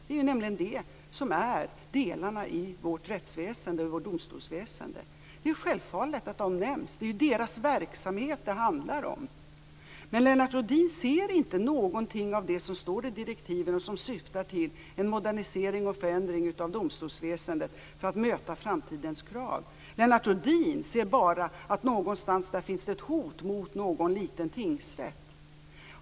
Det är nämligen de som är delarna i vårt rättsväsende och vårt domstolsväsende. Det är självklart att de nämns. Det är ju deras verksamhet som det handlar om. Men Lennart Rohdin ser inte någonting av det som står i direktiven och som syftar till en modernisering och förändring av domstolsväsendet för att möta framtidens krav. Lennart Rohdin ser bara att det någonstans där finns ett hot mot någon liten tingsrätt.